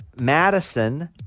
Madison